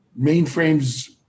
mainframes